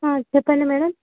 చెప్పండి మేడం